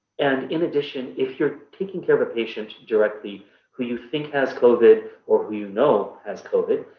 and in addition, if you're taking care of a patient directly who you think has covid or who you know has covid,